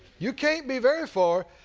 you can't be very far.